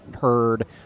heard